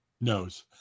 knows